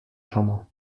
chambre